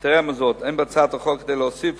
יתירה מזאת, אין בהצעת החוק כדי להוסיף